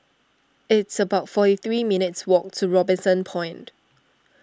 it's about forty three minutes' walk to Robinson Point